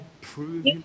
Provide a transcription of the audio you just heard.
prove